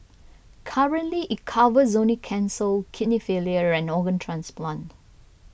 currently it covers only cancel kidney failure and organ transplant